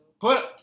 Put